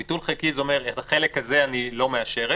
ביטול חלקי זה אומר: את החלק הזה אני לא מאשרת.